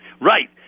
Right